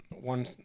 One